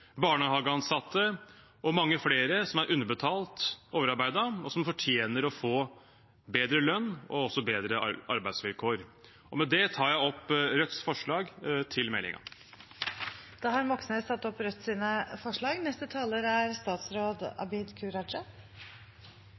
barnehageansatte og mange flere som er underbetalt og overarbeidet, og som fortjener å få bedre lønn og også bedre arbeidsvilkår. Med det tar jeg opp Rødts forslag i saken. Representanten Bjørnar Moxnes har tatt opp